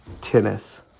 tennis